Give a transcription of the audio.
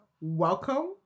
Welcome